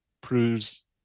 proves